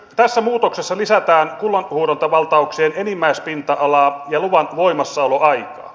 tässä muutoksessa lisätään kullanhuuhdontavaltauksien enimmäispinta alaa ja luvan voimassaoloaikaa